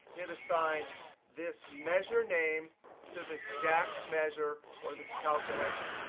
it assigns this measure name to this dax measure or this calculation.